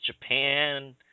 Japan